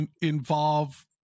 involve